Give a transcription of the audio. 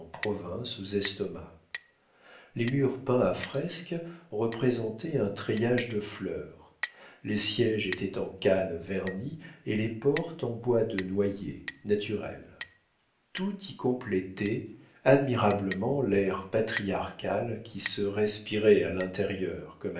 province aux estomacs les murs peints à fresque représentaient un treillage de fleurs les siéges étaient en canne vernie et les portes en bois de noyer naturel tout y complétait admirablement l'air patriarcal qui se respirait à l'intérieur